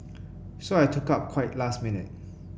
so I took up quite last minute